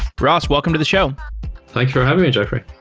ross, welcome to the show thanks for having me, jeffrey.